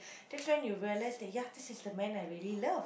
that's when you realise that ya this is the man I really love